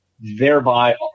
thereby